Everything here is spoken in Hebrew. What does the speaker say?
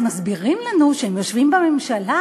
אז מסבירים לנו שהם יושבים בממשלה,